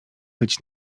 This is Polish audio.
być